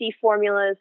formulas